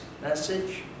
message